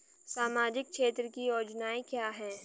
सामाजिक क्षेत्र की योजनाएं क्या हैं?